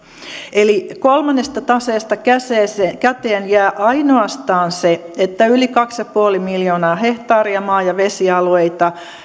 eli kolmannesta taseesta käteen jää ainoastaan se että yli kaksi pilkku viisi miljoonaa hehtaaria maa ja vesialueita